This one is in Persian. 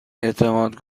اعتماد